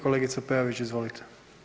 Kolegica Peović izvolite.